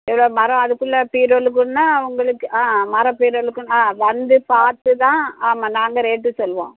எவ்வளோ மரம் அதுக்குள்ள பீரோளுக்குனா உங்களுக்கு ஆ மர பீரோளுக்குனா ஆ வந்து பார்த்து தான் ஆமாம் நாங்கள் ரேட்டு சொல்லுவோம்